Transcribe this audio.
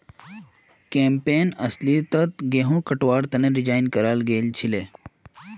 campaign अस्लियतत गहुम कटवार तने डिज़ाइन कराल गएल छीले